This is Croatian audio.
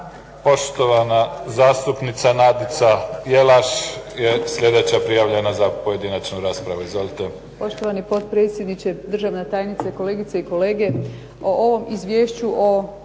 Poštovana zastupnica Nadica Jelaš je sljedeća prijavljena za pojedinačnu raspravu. Izvolite.